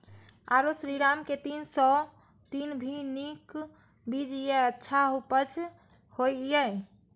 आरो श्रीराम के तीन सौ तीन भी नीक बीज ये अच्छा उपज होय इय?